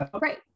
Right